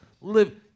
live